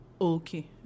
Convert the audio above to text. Okay